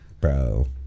bro